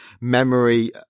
memory